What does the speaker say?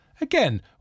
Again